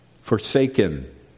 forsaken